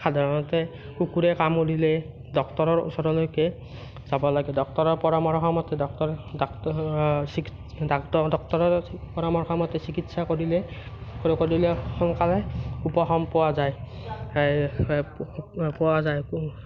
সাধাৰণতে কুকুৰে কামুৰিলে ডক্তৰৰ ওচৰলৈকে যাব লাগে ডক্তৰৰ পৰামৰ্শ মতে ডক্তৰ ডাক্তৰ ডক্তৰৰ পৰামৰ্শ মতে চিকিৎসা কৰিলে সোনকালে উপশম পোৱা যায় পোৱা যায়